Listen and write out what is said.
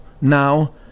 now